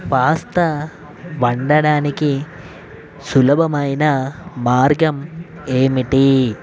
pasta వండడానికి సులభమైన మార్గం ఏమిటి